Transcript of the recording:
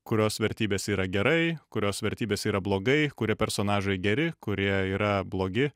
kurios vertybės yra gerai kurios vertybės yra blogai kurie personažai geri kurie yra blogi